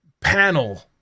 panel